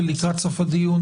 ולקראת סוף הדיון